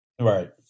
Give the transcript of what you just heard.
right